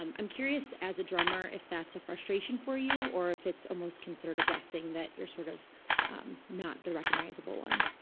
um i'm curious, as a drummer, if that's a frustration for you, or if it's almost considered a blessing that you're sort of not the recognizable one.